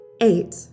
Eight